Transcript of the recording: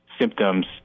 symptoms